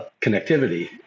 connectivity